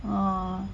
ah